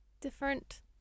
different